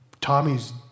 Tommy's